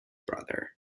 brother